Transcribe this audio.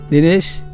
Dinesh